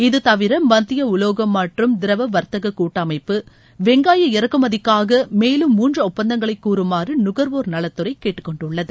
இது தவிர மத்திய உவோகம் மற்றும் திரவ வர்த்தக கூட்டமைப்பு வெங்காய இறக்குமதிக்காக மேலும் மூன்று ஒப்பந்தங்களை கூறுமாறு நுகர்வோர் நலத்துறை கேட்டுக்கொண்டுள்ளது